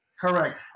Correct